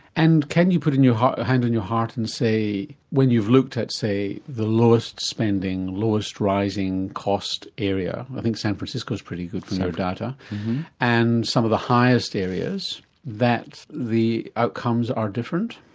and can you put and your hand on your heart and say when you've looked at say the lowest spending, lowest rising cost area, i think san francisco is pretty good for so data and some of the highest areas that the outcomes are different?